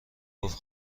گفت